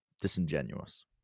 disingenuous